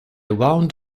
wound